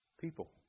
people